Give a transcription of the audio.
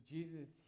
Jesus